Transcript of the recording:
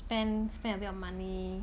then spend a bit of money